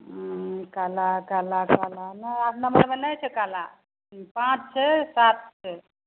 हुँ काला काला काला नहि आठ नम्बरमे नहि छै काला पाँच छै सात छै